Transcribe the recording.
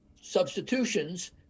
substitutions